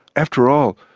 after all,